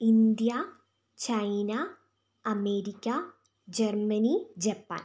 India China America Germany Japan